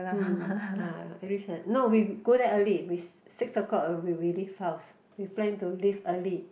hmm ah every no we go there early we six o-clock we we leave house we plan to leave early